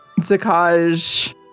Zakaj